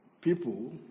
people